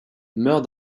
meurt